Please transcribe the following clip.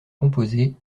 composer